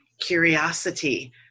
curiosity